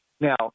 Now